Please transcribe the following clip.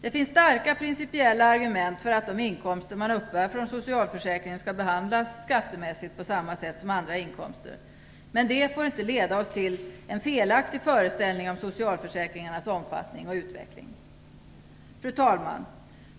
Det finns starka principiella argument för att de inkomster man uppbär från socialförsäkringen skall behandlas skattemässigt på samma sätt som andra inkomster. Men det får inte leda oss till en felaktig föreställning om socialförsäkringarnas omfattning och utveckling. Fru talman!